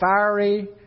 fiery